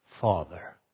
father